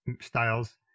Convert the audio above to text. styles